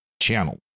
channel